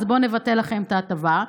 אז בוא נבטל לכם את ההטבה,